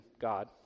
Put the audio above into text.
God